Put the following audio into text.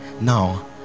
now